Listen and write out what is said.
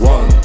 One